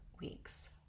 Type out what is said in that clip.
weeks